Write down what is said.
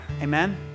Amen